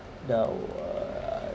the